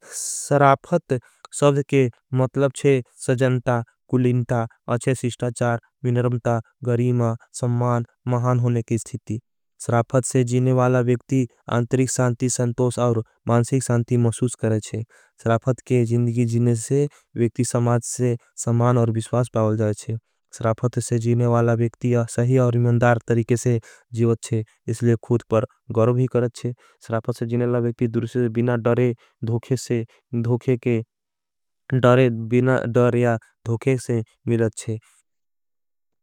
सराफत सब्द के मतलब छे सजनता कुलिनता अच्छे शिष्टाचार। मिनरमता गरीमा सम्मान महान होने के स्थिती स्राफत से जीने। वाला वेक्ति आंतरिक सांति संतोस और मानसिक सांति मसूस। करेछे स्राफत के जिन्दिगी जीने से वेक्ति समाद से समान और। विश्वास पावल जायेछे स्राफत से जीने वाला वेक्ति सही और इमंदार तरीके से जीवत छे इसलिए खूद पर गरोभी करेछे। स्राफत से जीने वाला वेक्ति दूरिशे बिना डर या धोखे से मिलत छे।